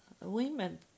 women